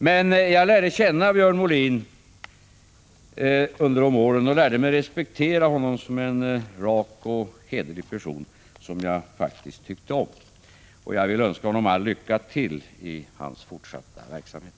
Men jag lärde känna Björn Molin under dessa år och lärde mig respektera honom som en rak och hederlig person, som jag faktiskt tycker om. Jag vill önska honom all lycka i hans fortsatta verksamhet.